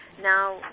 Now